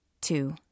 Two